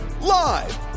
live